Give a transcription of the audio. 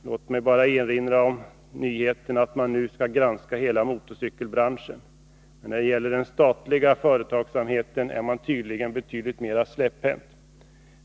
Låt mig bara erinra om nyheten att man nu skall granska hela motorcykelbranschen, men när det gäller den statliga företagsamheten är man tydligen betydligt mera släpphänt.